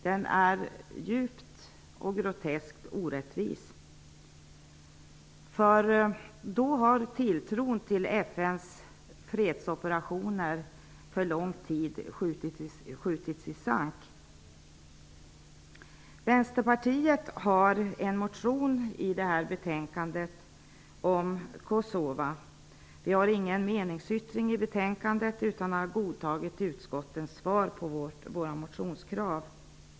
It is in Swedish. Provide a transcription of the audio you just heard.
Den är djupt och groteskt orättvis. Tilltron till FN:s fredsoperationer har för lång tid framöver skjutits i sank. Vänsterpartiet har en motion om Kosova i betänkandet. Vi har ingen meningsyttring i betänkandet utan har godtagit utskottets svar på våra motionskrav.